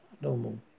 normal